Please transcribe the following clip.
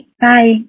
Bye